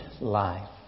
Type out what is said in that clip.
life